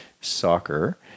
soccer